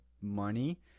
money